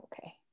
okay